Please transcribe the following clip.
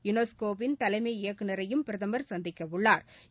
UNESCO வின் தலைமை இயக்குநரையும் பிரதமள் சந்திக்கவுள்ளாா்